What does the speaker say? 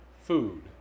food